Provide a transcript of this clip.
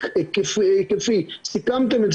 ירים יד מישהו שירצה להוסיף שהוא משמעותי